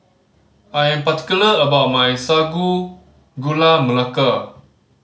I am particular about my Sago Gula Melaka